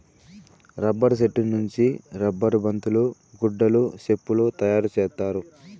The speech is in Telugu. రబ్బర్ సెట్టు నుంచి రబ్బర్ బంతులు గుడ్డలు సెప్పులు తయారు చేత్తారు